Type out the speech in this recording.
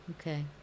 Okay